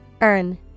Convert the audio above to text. Earn